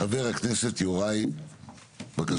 חבר הכנסת יוראי, בבקשה.